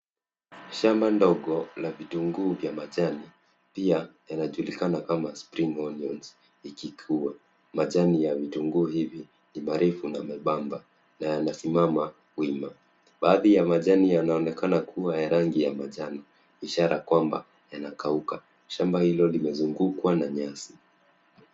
Shamba ndogo la vitunguu vya majani, pia yanajulikana kama spring onions ikikuwa. Majani ya vitunguu hivi ni marefu na membamba na yanasimama wima. Baadhi ya majani yanaonekana kuwa ya rangi ya manjano, ishara kwamba yanakauka. Shamba hilo limezungukwa na nyasi.